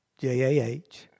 J-A-H